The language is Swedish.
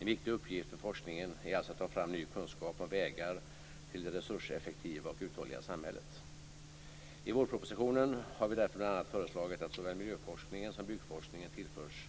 En viktig uppgift för forskningen är alltså att ta fram ny kunskap om vägar till det resurseffektiva och uthålliga samhället. I vårpropositionen har vi därför bl.a. föreslagit att såväl miljöforskningen som byggforskningen tillförs